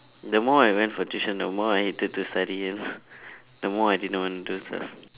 the more I went for tuition the more I hated to study and the more I did not want to do stuff